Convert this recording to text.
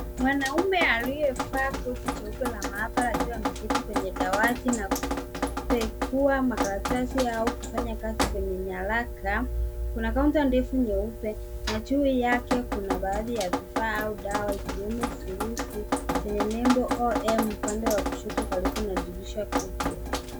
Mwanaume aliyevaa koti jeupe la maabara akiwa ameketi kwenye dawati na kupekua makaratasi au kufanya kazi kwenye nyaraka kuna kaunta ndefu nyeupe na juu yake kuna baadhi ya vifaa au dawa ikiwemo furushi chenye nembo OM upande wa kushoto karibu na dirisha kubwa.